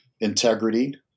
integrity